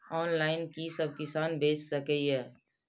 Online कि सब किसान बैच सके ये?